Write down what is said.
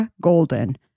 Golden